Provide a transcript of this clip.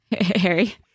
Harry